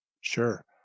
sure